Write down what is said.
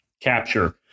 capture